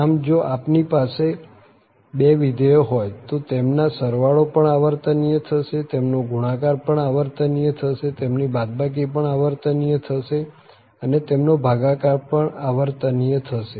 આમ જો આપની પાસે બે વિધેયો હોય તો તેમના સરવાળો પણ આવર્તનીય થશે તેમના ગુણાકાર પણ આવર્તનીય થશે તેમની બાદબાકી પણ આવર્તનીય થશે અને તેમનો ભાગાકાર પણ આવર્તનીય થશે